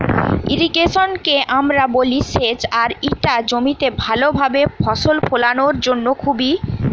irrigation কে আমরা বলি সেচ আর ইটা জমিতে ভালো ভাবে ফসল ফোলানোর জন্য খুবই জরুরি বলতেছে